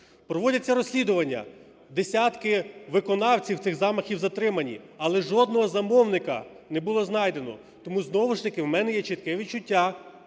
Проводяться розслідування. Десятки виконавців цих замахів затримані. Але жодного замовника не було знайдено. Тому знову ж таки у мене є чітке відчуття,